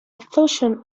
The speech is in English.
fusion